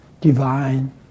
divine